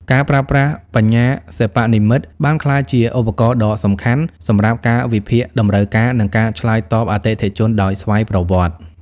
ការប្រើប្រាស់បញ្ញាសិប្បនិម្មិតបានក្លាយជាឧបករណ៍ដ៏សំខាន់សម្រាប់ការវិភាគតម្រូវការ និងការឆ្លើយតបអតិថិជនដោយស្វ័យប្រវត្តិ។